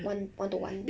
one one to one